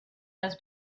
has